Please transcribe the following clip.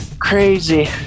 Crazy